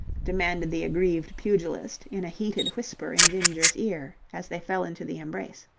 demanded the aggrieved pugilist in a heated whisper in ginger's ear as they fell into the embrace.